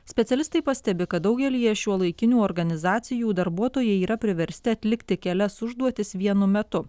specialistai pastebi kad daugelyje šiuolaikinių organizacijų darbuotojai yra priversti atlikti kelias užduotis vienu metu